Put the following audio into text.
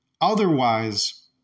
Otherwise